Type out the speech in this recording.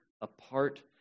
apart